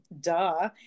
duh